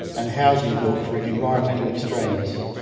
and housing built for environmental extremes.